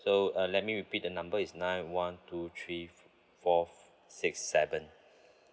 so uh let me repeat the number is nine one two three four six seven